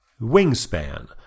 Wingspan